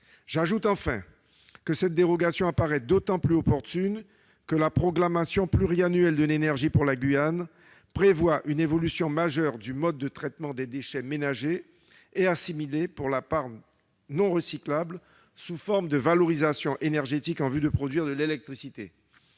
J'ajoute que cette dérogation apparaît d'autant plus opportune que la programmation pluriannuelle de l'énergie pour la Guyane prévoit une évolution majeure du mode de traitement des déchets ménagers et assimilés pour la part non recyclable sous forme de valorisation énergétique en vue de produire de l'électricité.